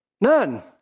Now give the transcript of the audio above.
None